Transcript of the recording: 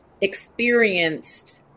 experienced